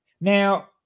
Now